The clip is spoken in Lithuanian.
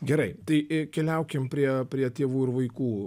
gerai tai keliaukim prie prie tėvų ir vaikų